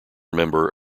member